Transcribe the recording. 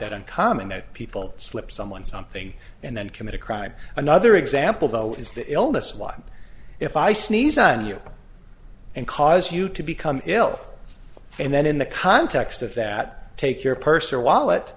that uncommon that people slip someone something and then commit a crime another example though is the illness line if i sneeze on you and cause you to become ill and then in the context of that take your purse or wallet